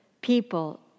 people